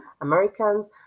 Americans